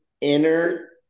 inner